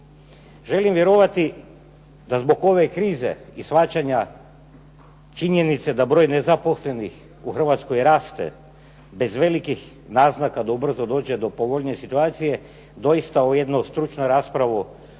Želim vjerovati da zbog ove krize i shvaćanja činjenice da broj nezaposlenih u Hrvatskoj raste bez velikih naznaka da ubrzo dođe do povoljnije situacije, dosita ovu jednu stručnu raspravu